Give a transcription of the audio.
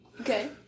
Okay